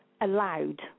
allowed